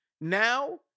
now